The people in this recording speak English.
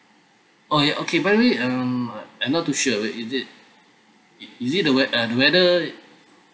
oh ya okay by the way um I'm not too sure is it is it the wea~ uh the weather